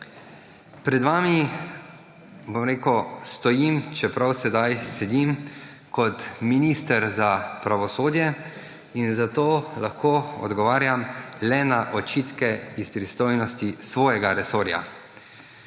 Pred vami, bom rekel stojim, čeprav sedaj sedim, kot minister za pravosodje in zato lahko odgovarjam le na očitke iz pristojnosti svojega resorja.